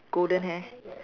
golden hair